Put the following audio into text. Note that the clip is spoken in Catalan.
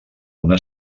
una